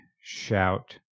shout